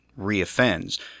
reoffends